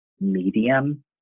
medium